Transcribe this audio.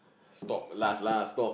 stop last lah stop